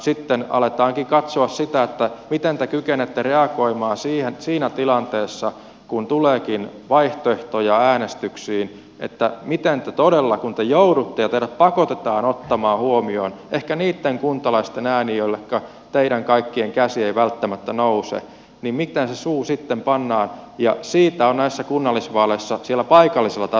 sitten aletaankin katsoa sitä miten te kykenette reagoimaan siinä tilanteessa kun tuleekin vaihtoehtoja äänestyksiin kun te joudutte ja teidät pakotetaan ottamaan huomioon ehkä niitten kuntalaisten ääni joilleka teidän kaikkien käsi ei välttämättä nouse miten se suu sitten pannaan ja siitä on näissä kunnallisvaaleissa siellä paikallisella tasolla kyse